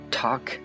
talk